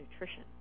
nutrition